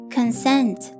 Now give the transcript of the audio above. Consent